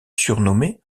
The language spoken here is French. surnommée